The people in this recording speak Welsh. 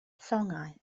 llongau